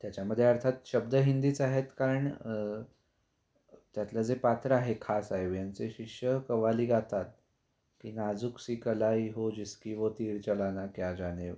त्याच्यामध्ये अर्थात शब्द हिंदीच आहेत कारण त्यातलं जे पात्र आहे खास आहे व यांचे शिष्य कव्वाली गातात की नाजूकसी कलाई हो जिसकी वो तीर चलाना क्या जाने